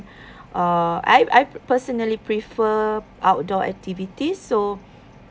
uh I I personally prefer outdoor activities so